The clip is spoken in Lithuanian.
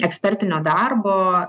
ekspertinio darbo